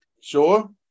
Sure